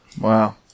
wow